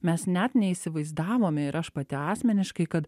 mes net neįsivaizdavome ir aš pati asmeniškai kad